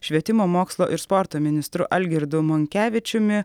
švietimo mokslo ir sporto ministru algirdu monkevičiumi